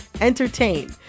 entertain